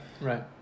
right